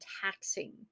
taxing